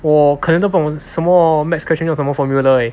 我可能都不懂什么 maths question 用什么 formula eh